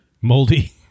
moldy